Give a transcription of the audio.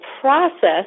process